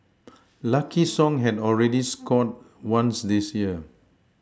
lucky song had already scored once this year